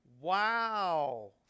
Wow